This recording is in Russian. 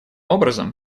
образом